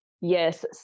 Yes